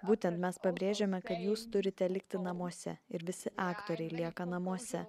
būtent mes pabrėžiame kad jūs turite likti namuose ir visi aktoriai lieka namuose